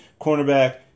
cornerback